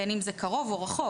בין אם זה קרוב או רחוק.